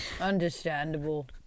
Understandable